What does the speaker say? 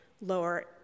lower